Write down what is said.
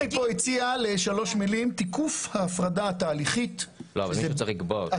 מישהו צריך לקבוע אותו.